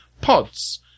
pods